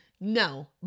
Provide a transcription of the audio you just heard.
no